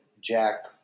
jack